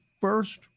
first